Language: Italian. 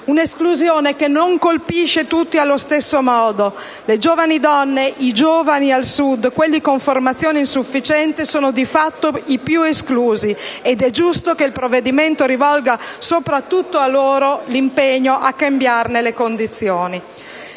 Un'esclusione che non colpisce tutti allo stesso modo: le giovani donne, i giovani al Sud, quelli con formazione insufficiente sono di fatto i più esclusi, ed è giusto che il provvedimento rivolga soprattutto a loro l'impegno a cambiarne le condizioni.